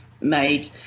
made